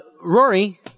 Rory